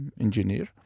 engineer